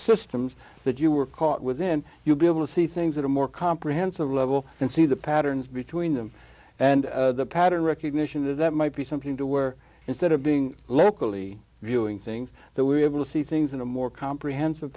systems that you were caught with then you'll be able to see things that are more comprehensive level and see the patterns between them and the pattern recognition and that might be something to wear instead of being locally viewing things that we are able to see things in a more prehensi